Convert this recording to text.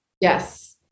Yes